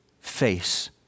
face